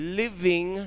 living